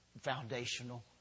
foundational